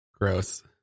Gross